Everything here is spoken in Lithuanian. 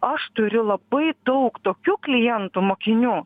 aš turiu labai daug tokių klientų mokinių